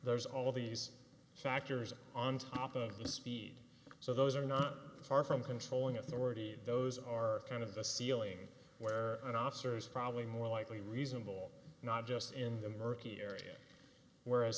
there's all these factors on top of the speed so those are not far from controlling authority those are kind of the ceiling where an officers are probably more likely reasonable not just in the murky area whereas